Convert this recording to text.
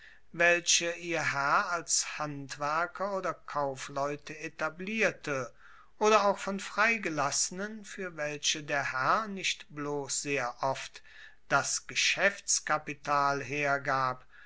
welche ihr herr als handwerker oder kaufleute etablierte oder auch von freigelassenen fuer welche der herr nicht bloss sehr oft das geschaeftskapital hergab